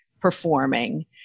performing